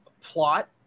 plot